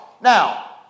Now